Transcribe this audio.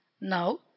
now